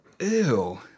ew